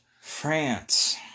France